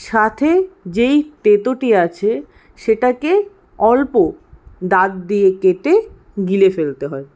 সাথে যেই তেতোটি আছে সেটাকে অল্প দাঁত দিয়ে কেটে গিলে ফেলতে হয়